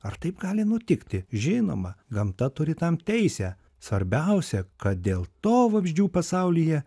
ar taip gali nutikti žinoma gamta turi tam teisę svarbiausia kad dėl to vabzdžių pasaulyje